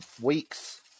weeks